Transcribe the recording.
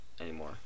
anymore